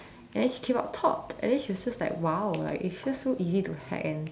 and then she came out top and then she was just like !wow! it's just so easy to hack and